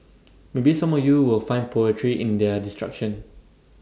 maybe some of you will find poetry in their destruction